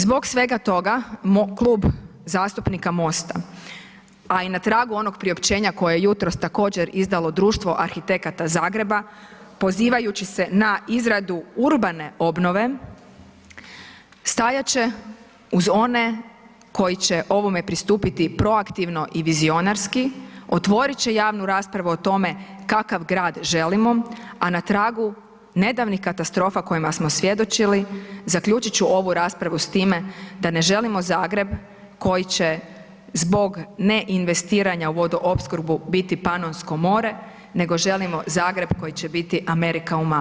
Zbog svega toga Klub zastupnika MOST-a, a i na tragu onog priopćenja koje je jutros također izdalo Društvo arhitekata Zagreba pozivajući se na izradu urbane obnove stajat će uz one koji će ovome pristupiti proaktivno i vizionarski, otvorit će javnu raspravu o tome kakav grad želimo, a na tragu nedavnih katastrofa kojima smo svjedočili zaključit ću ovu raspravu s time da ne želimo Zagreb koji će zbog ne investiranja u vodoopskrbu biti Panonsko more, nego želimo Zagreb koji će biti Amerika u malome.